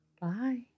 Bye